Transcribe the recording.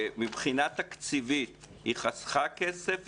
מבחינה תקציבית היא חסכה כסף,